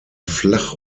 flach